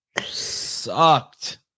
Sucked